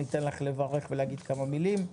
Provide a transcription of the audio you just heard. ניתן לך לברך ולהגיד כמה מילים,